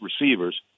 receivers